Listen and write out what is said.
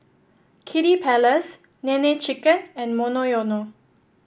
Kiddy Palace Nene Chicken and Monoyono